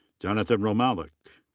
jonathan hromalik.